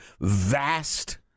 vast